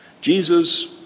Jesus